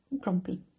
grumpy